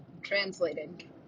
translating